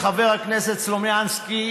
חבר הכנסת סלומינסקי,